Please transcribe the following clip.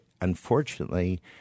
unfortunately